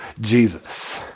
Jesus